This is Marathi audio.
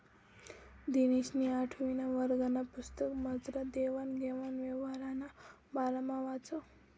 दिनेशनी आठवीना वर्गना पुस्तकमझार देवान घेवान यवहारना बारामा वाचं